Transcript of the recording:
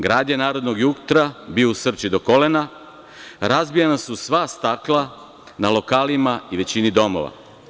Grad je narednog jutra bio u srči do kolona, razbijena su sva stakla na lokalima i većini domova.